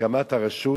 להקמת הרשות,